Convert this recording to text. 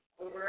over